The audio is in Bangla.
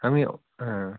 আমিও হ্যাঁ